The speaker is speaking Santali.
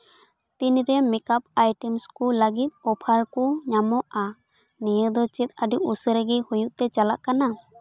ᱛᱤᱱᱨᱮ ᱢᱮᱠᱟᱯ ᱟᱭᱴᱮᱢᱥ ᱠᱚ ᱞᱟᱹᱜᱤᱫ ᱚᱯᱷᱟᱨ ᱠᱚ ᱧᱟᱢᱚᱜᱼᱟ ᱱᱤᱭᱟᱹ ᱫᱚ ᱪᱮᱫ ᱟᱹᱰᱤ ᱩᱥᱟᱹᱨᱟ ᱜᱮ ᱦᱩᱭᱩᱜ ᱛᱮ ᱪᱟᱞᱟᱜ ᱠᱟᱱᱟ